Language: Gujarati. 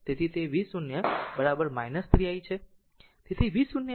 તેથી તે v0 3 i છે